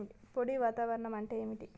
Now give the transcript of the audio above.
పొడి వాతావరణం అంటే ఏంది?